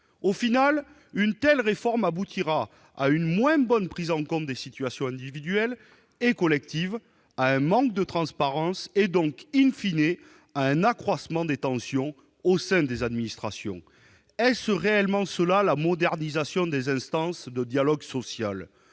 En fait, une telle réforme aboutira à une moins bonne prise en compte des situations individuelles et collectives, à un manque de transparence et à un accroissement des tensions au sein des administrations. Est-ce réellement cela la modernisation des instances de dialogue social ?